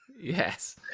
yes